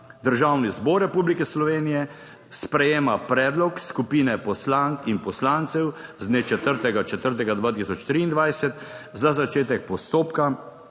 Državni zbor Republike Slovenije sprejema predlog skupine poslank in poslancev z dne 4. 4. 2023 za začetek postopka